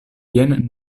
jen